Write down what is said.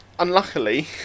unluckily